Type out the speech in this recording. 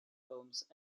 films